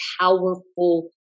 powerful